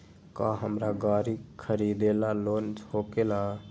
का हमरा गारी खरीदेला लोन होकेला?